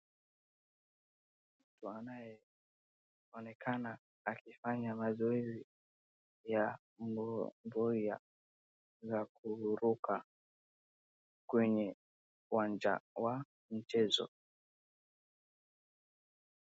Mtu anayeonekana akifanya mazoezi ya mboya za kuruka kwenye uwanja wa mchezo.